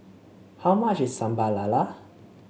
how much is Sambal Lala